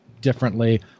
differently